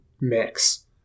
mix